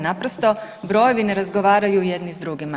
Naprosto brojevi ne razgovaraju jedni sa drugima.